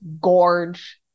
gorge